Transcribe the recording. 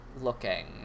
looking